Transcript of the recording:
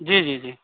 जी जी जी